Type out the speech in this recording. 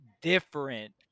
different